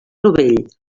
novell